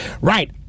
right